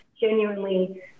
genuinely